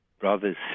brothers